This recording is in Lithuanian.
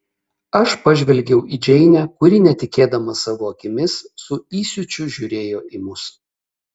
aš pažvelgiau į džeinę kuri netikėdama savo akimis su įsiūčiu žiūrėjo į mus